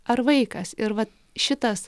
ar vaikas ir vat šitas